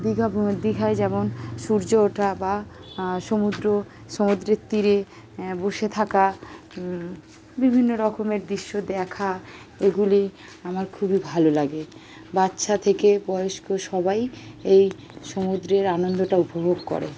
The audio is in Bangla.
দীঘা ভ্রমণ দীঘায় যেমন সূর্য ওঠা বা সমুদ্র সমুদ্রের তীরে বসে থাকা বিভিন্ন রকমের দৃশ্য দেখা এগুলি আমার খুবই ভালো লাগে বাচ্চা থেকে বয়স্ক সবাই এই সমুদ্রের আনন্দটা উপভোগ করে